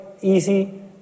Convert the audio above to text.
easy